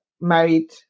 married